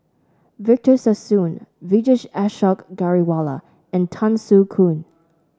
Victor Sassoon Vijesh Ashok Ghariwala and Tan Soo Khoon